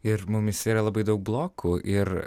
ir mumyse yra labai daug blokų ir